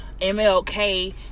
MLK